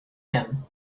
him